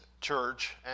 church